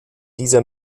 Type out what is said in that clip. dieser